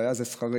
והיה זה שכרנו.